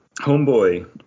homeboy